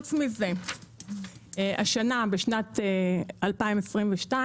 חוץ מזה, השנה בשנת 2022,